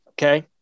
Okay